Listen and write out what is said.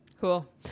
Cool